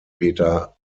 peter